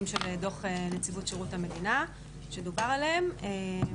של דוח נציבות שירות המדינה שדובר עליהם.